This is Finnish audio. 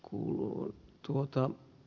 kuului tuhota